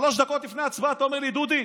שלוש דקות לפני ההצבעה אתה אומר לי: דודי,